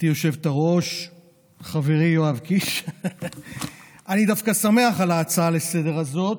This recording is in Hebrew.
אני דווקא שמח על ההצעה לסדר-היום,